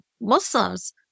Muslims